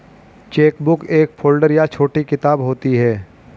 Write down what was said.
chequebook एक folder या छोटी किताब होती है